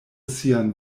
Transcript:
sian